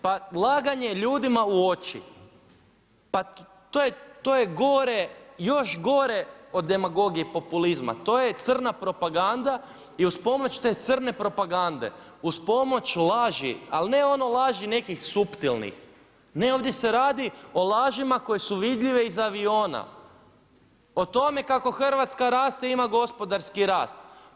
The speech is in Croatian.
Pa laganje ljudima u oči, pa to je gore, još gore od demagogije i populizma, to je crna propaganda i uz pomoć te crne propagande, uz pomoć laži ali ne ono laži nekih suptilnih, ne ovdje se radi o lažima koje su vidljive iz aviona, o tome kako Hrvatska raste i ima gospodarski rast.